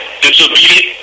disobedient